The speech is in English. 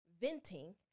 venting